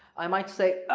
i might say